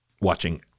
watching